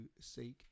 seek